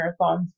marathons